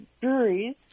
breweries